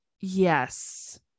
yes